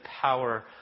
power